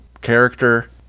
character